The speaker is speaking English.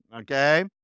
okay